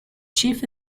chief